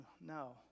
no